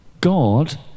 God